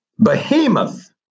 Behemoth